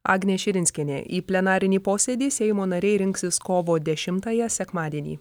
agnė širinskienė į plenarinį posėdį seimo nariai rinksis kovo dešimtąją sekmadienį